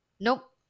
nope